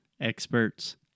experts